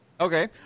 Okay